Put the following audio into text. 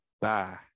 Bye